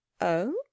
Oh